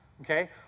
okay